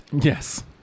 Yes